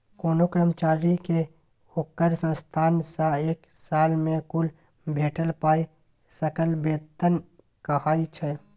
कोनो कर्मचारी केँ ओकर संस्थान सँ एक साल मे कुल भेटल पाइ सकल बेतन कहाइ छै